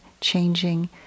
changing